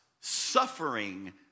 suffering